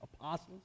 apostles